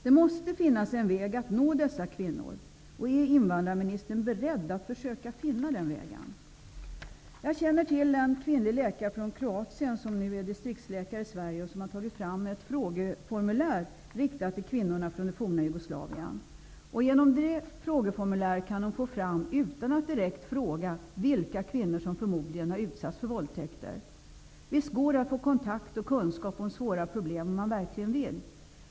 Det måste finnas en väg att nå dessa kvinnor. Är invandrarministern beredd att försöka finna den vägen? Jag känner till en kvinnlig läkare från Kroatien som nu är distriktsläkare i Sverige och som har tagit fram ett frågeformulär riktat till kvinnorna från f.d. Jugoslavien. Genom det frågeformuläret kan man få fram, utan att direkt fråga, vilka kvinnor som förmodligen har utsatts för våldtäkter. Visst kan man få kontakt med och kunskap om svåra problem om man verkligen vill.